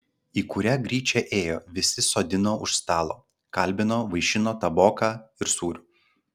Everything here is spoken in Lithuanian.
į kurią gryčią ėjo visi sodino už stalo kalbino vaišino taboka ir sūriu